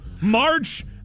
March